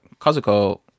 Kazuko